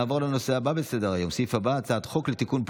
נעבור להצבעה על הצעת חוק העונשין (תיקון,